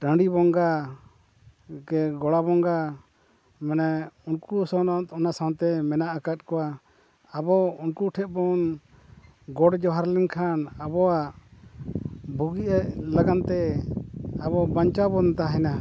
ᱴᱟᱺᱰᱤ ᱵᱚᱸᱜᱟ ᱜᱮ ᱜᱚᱲᱟ ᱵᱚᱸᱜᱟ ᱢᱟᱱᱮ ᱩᱱᱠᱩ ᱥᱟᱶ ᱚᱱᱟ ᱥᱟᱶᱛᱮ ᱢᱮᱱᱟᱜ ᱟᱠᱟᱫ ᱠᱚᱣᱟ ᱟᱵᱚ ᱩᱱᱠᱩ ᱴᱷᱮᱱᱵᱚᱱ ᱜᱚᱰ ᱡᱚᱦᱟᱨ ᱞᱮᱱᱠᱷᱟᱱ ᱟᱵᱚᱣᱟᱜ ᱵᱩᱜᱤ ᱞᱟᱹᱜᱤᱫ ᱛᱮ ᱟᱵᱚ ᱵᱟᱧᱪᱟᱣ ᱵᱚᱱ ᱛᱟᱦᱮᱱᱟ